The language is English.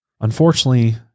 Unfortunately